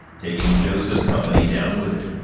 taking joseph's company down with it.